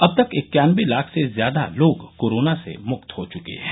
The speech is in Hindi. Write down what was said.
अब तक इक्यानबे लाख से ज्यादा लोग कोरोना से मुक्त हो चुके हैं